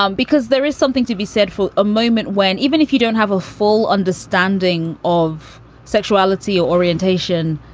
um because there is something to be said for a moment when even if you don't have a full understanding of sexuality or orientation,